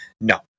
No